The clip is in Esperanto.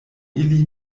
ili